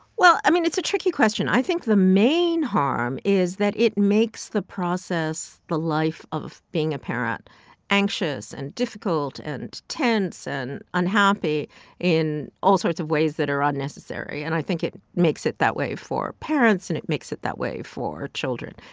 well, i mean, it's a tricky question. i think the main harm is that it makes the process the life of being a parent anxious and difficult and tense and unhappy in all sorts of ways that are ah unnecessary. and i think it makes it that way for parents, and it makes it that way for children.